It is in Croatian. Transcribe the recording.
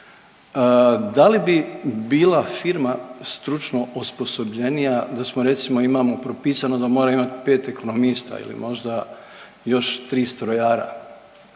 Da li bi bila firma stručno osposobljenija da smo recimo imamo propisano da mora imati pet ekonomista ili možda još tri strojara.